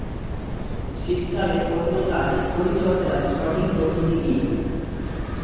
শীতকালে পটল গাছ পরিচর্যার সঠিক পদ্ধতি কী?